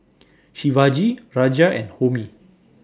Shivaji Raja and Homi